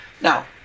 Now